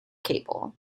cable